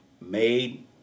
made